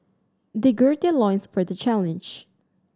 they gird their loins for the challenge